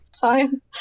Fine